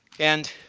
and